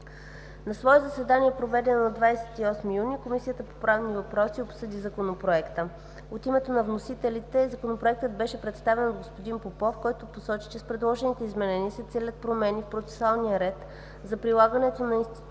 На свое заседание, проведено на 28 юни 2017 г., Комисията по правни въпроси обсъди Законопроекта. От името на вносителите Законопроектът беше представен от господин Попов, който посочи, че с предложените изменения се целят промени в процесуалния ред за прилагане на института